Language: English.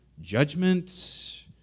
judgment